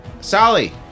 Sally